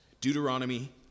Deuteronomy